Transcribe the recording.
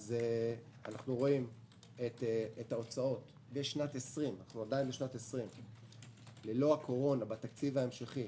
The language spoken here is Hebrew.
אנחנו רואים את ההוצאות לשנת 2020 ללא הקורונה בתקציב ההמשכי